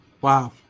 Wow